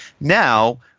Now –